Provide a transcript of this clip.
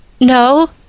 No